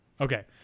Okay